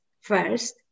First